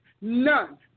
none